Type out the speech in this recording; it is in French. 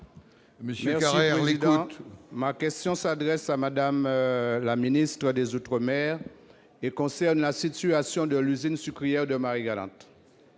et républicain. Ma question s'adresse à Mme la ministre des outre-mer et concerne la situation de l'usine sucrière de Marie-Galante.